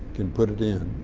can put it in,